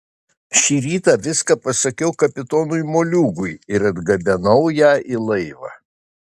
šį rytą viską pasakiau kapitonui moliūgui ir atgabenau ją į laivą